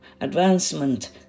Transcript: advancement